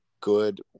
good